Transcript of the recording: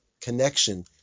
connection